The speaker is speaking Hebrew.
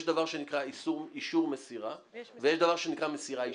יש דבר שנקרא אישור מסירה ויש דבר שנקרא מסירה אישית.